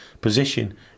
position